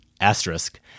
asterisk